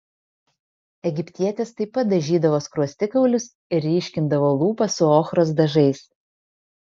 egiptietės taip pat dažydavo skruostikaulius ir ryškindavo lūpas su ochros dažais